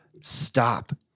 Stop